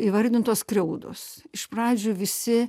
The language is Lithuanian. įvardintos skriaudos iš pradžių visi